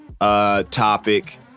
topic